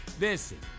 Listen